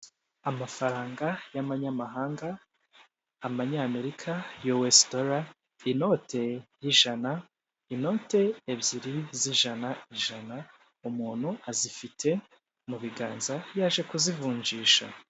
Amafaranga y'amanyamahanga, Amanyamerika yuwesi dora, inote y'ijana, inote ebyiri z'ijana ijana umuntu azifite mu biganza yaje kuzivunjisha.